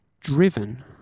driven